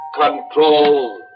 control